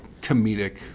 comedic